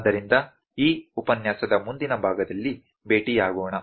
ಆದ್ದರಿಂದ ಈ ಉಪನ್ಯಾಸದ ಮುಂದಿನ ಭಾಗದಲ್ಲಿ ಭೇಟಿಯಾಗೋಣ